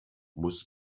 muss